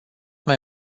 mai